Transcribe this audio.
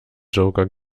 joker